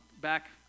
back